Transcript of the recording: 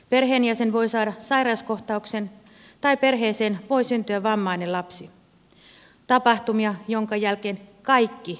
perheenjäsen voi saada sairauskohtauksen tai perheeseen voi syntyä vammainen lapsi tapahtumia joiden jälkeen kaikki muuttuu